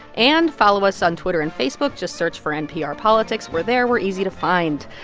and follow us on twitter and facebook. just search for npr politics. we're there. we're easy to find.